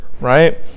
right